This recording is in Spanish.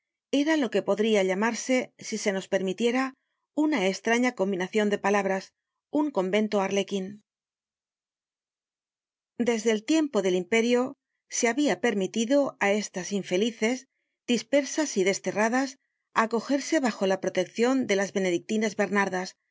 era lo que podría llamarse si se nos permitiera una estraña combinacion de palabras un conventoarlequin desde el tiempo del imperio se habia permitido á estas infelices dispersas y desterradas acogerse bajo la proteccion de las benedictinas bernardas